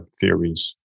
theories